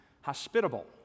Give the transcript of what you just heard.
hospitable